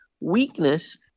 weakness